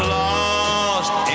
lost